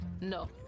No